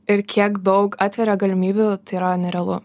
ir kiek daug atveria galimybių tai yra nerealu